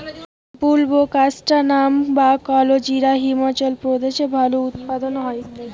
বুলবোকাস্ট্যানাম বা কালোজিরা হিমাচল প্রদেশে ভালো উৎপাদন হয়